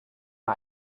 war